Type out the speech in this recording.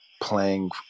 playing